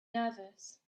nervous